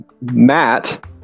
Matt